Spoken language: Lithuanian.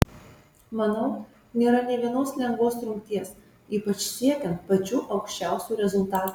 manau nėra nė vienos lengvos rungties ypač siekiant pačių aukščiausių rezultatų